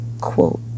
quote